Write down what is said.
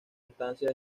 estancias